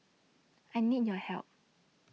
I need your help